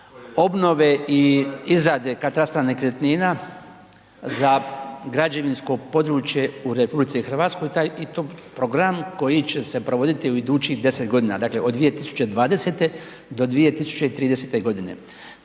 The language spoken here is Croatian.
obnove izrade katastra nekretnina za građevinsko područje u RH i taj i to program koji će se provoditi u idućih 10 godina, dakle od 2020. do 2030. godine.